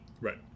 Right